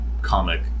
comic